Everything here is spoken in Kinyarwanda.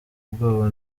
ubwoba